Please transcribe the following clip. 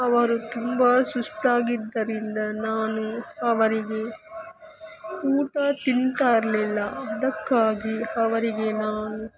ಅವರು ತುಂಬ ಸುಸ್ತಾಗಿದ್ದರಿಂದ ನಾನು ಅವರಿಗೆ ಊಟ ತಿಂತಾ ಇರಲಿಲ್ಲ ಅದಕ್ಕಾಗಿ ಅವರಿಗೆ ನಾನು